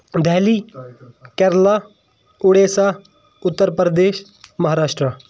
Delhi Kerala Odisha Uttar Pradesh Maharashtra